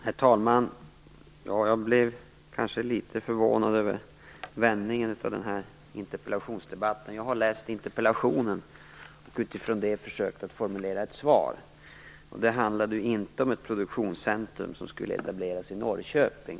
Herr talman! Jag blev litet förvånad över vändningen av denna interpellationsdebatt. Jag har läst interpellationen och utifrån den försökt formulera ett svar. Interpellationen handlade inte om ett produktionscentrum som skulle etableras i Norrköping.